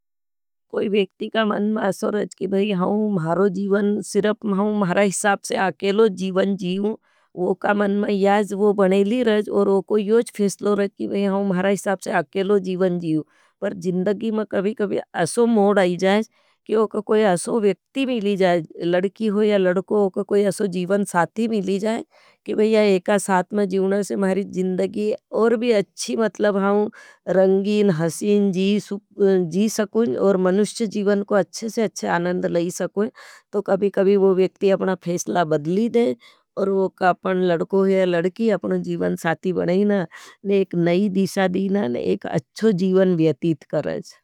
कोई वेक्ति का मन में असो रज की भाई हाँ, मारो जीवन सिरप माँ। मारा हिसाप से आकेलो जीवन जीवन, वोका मन में याज वो बनेली रज। और वोको योज फेसलो रज की भाई हाँ, मारा हिसाप से आकेलो जीवन जीवन, पर जिनदगी में कभी-कभी असो मौड आई जा। लड़की हो या लड़को होका कोई असो जीवन साथी मिली जाए। कि भाईया एका साथ में जीवना से मारी जिनदगी। और भी अच्छी मतलब हाँ रंगीन, हसीन, जी सकुईं और मनुष्य जीवन को अच्छे से अच्छे आनंद लई सकुईं। तो कभी कभी वो व्यक्ति अपना फेसला बदली दे। और वो कापण लड़को हो या लड़की अपनो जीवन साथी बनाईन एक नई दिशा दीना और एक अच्छो जीवन व्यतीत करें।